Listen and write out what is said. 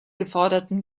geforderten